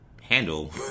handle